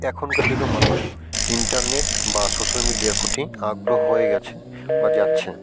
এখনকার যুগে মানুষ ইন্টারনেট বা সোশ্যাল মিডিয়ার প্রতি আগ্রহ হয়ে গেছে বা যাচ্ছে